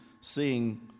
seeing